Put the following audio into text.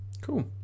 cool